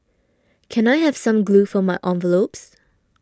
can I have some glue for my envelopes